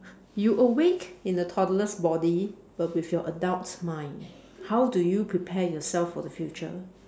you're awake in a toddler's body but with your adult mind how do you prepare yourself for the future